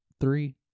Three